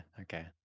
Okay